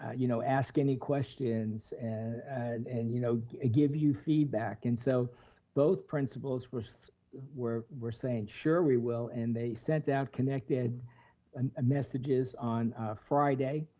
you know, ask any questions and and you know ah give you feedback. and so both principals were so were saying, sure we will, and they sent out connected um messages on friday,